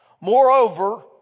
Moreover